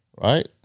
right